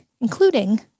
including